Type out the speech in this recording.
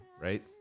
right